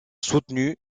soutenu